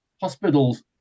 hospitals